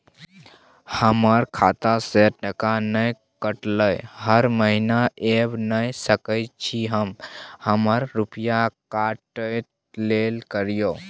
हमर खाता से टका नय कटलै हर महीना ऐब नय सकै छी हम हमर रुपिया काइट लेल करियौ?